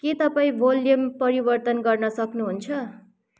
के तपाईँ भोल्युम परिवर्तन गर्न सक्नुहुन्छ